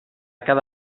cada